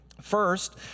First